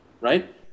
Right